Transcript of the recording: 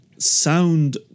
sound